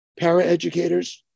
paraeducators